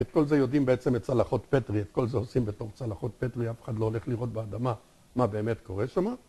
את כל זה יודעים בעצם את צלחות פטרי, את כל זה עושים בתוך צלחות פטרי, אף אחד לא הולך לראות באדמה מה באמת קורה שמה